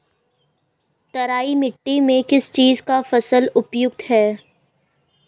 तराई मिट्टी में किस चीज़ की फसल उपयुक्त है?